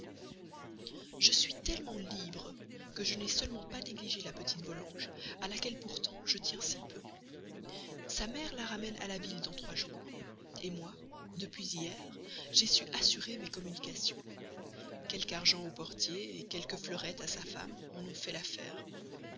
je suis tellement libre que je n'ai seulement pas négligé la petite volanges à laquelle pourtant je tiens si peu sa mère la ramène à la ville dans trois jours moi depuis hier j'ai su assurer mes communications quelque argent au portier quelques fleurettes à sa femme en ont fait l'affaire